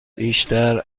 بیشتر